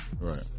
Right